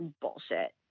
bullshit